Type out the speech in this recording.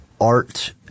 art